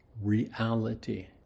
reality